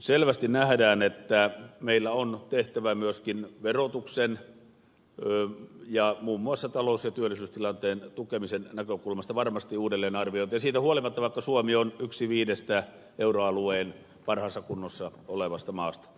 selvästi nähdään että meillä on tehtävä myöskin verotuksen ja muun muassa talous ja työllisyystilanteen tukemisen näkökulmasta varmasti uudelleenarviointeja siitä huolimatta että suomi on yksi viidestä euroalueen parhaassa kunnossa olevasta maasta